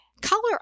Color